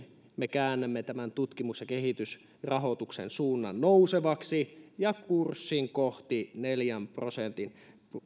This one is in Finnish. me käännämme tämän tutkimus ja kehitysrahoituksen suunnan nousevaksi ja kurssin kohti neljän prosentin